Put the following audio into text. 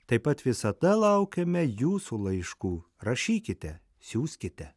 taip pat visada laukiame jūsų laiškų rašykite siųskite